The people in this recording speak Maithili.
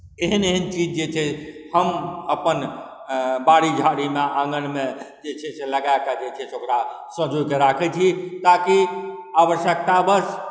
एहन एहन चीज जे छै हम अपन बाड़ी झाड़ीमे आङ्गनमे जे छै से लगाकऽ जे छै से ओकरा सञ्जोकऽ राखै छी ताकि आवश्यकतावश